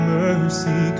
mercy